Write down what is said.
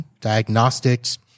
diagnostics